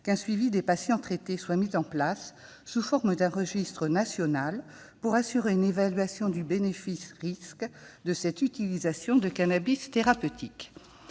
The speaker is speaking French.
qu'un suivi des patients traités soit mis en place sous forme d'un registre national, pour assurer une évaluation des bénéfices et des risques inhérents à l'utilisation du cannabis thérapeutique.